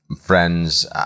friends